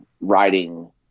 writing